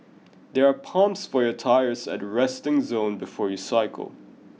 there are pumps for your tires at the resting zone before you cycle